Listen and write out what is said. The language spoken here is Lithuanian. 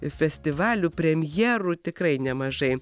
festivalių premjerų tikrai nemažai